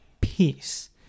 peace